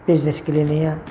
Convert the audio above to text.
business गेलेनाया